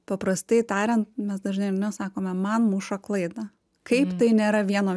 paprastai tariant mes dažnai ar ne sakome man muša klaidą kaip tai nėra vieno